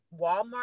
Walmart